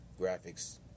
graphics